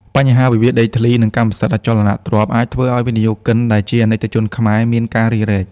បញ្ហាវិវាទដីធ្លី និងកម្មសិទ្ធិអចលនទ្រព្យ អាចធ្វើឱ្យវិនិយោគិន ដែលជាអាណិកជនខ្មែរ មានការរារែក។